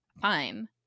fine